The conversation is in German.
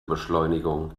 beschleunigung